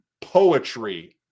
poetry